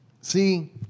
See